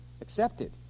accepted